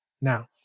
now